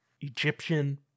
Egyptian